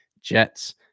Jets